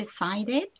decided